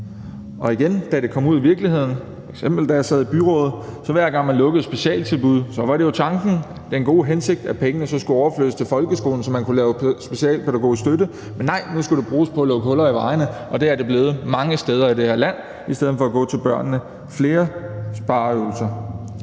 Og igen, da det kom ud i virkeligheden – f.eks. da jeg sad i byrådet – var tanken og den gode hensigt jo, at pengene, hver gang man lukkede et specialtilbud, så skulle overflyttes til folkeskolen, så man kunne lave specialpædagogisk støtte. Men nej, nu skulle de bruges på at lukke huller i vejene, og det er de blevet mange steder i det her land i stedet for at gå til børnene. Det var flere spareøvelser.